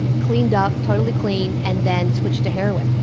cleaned up, totally clean, and then switched to heroin.